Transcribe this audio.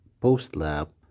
post-lab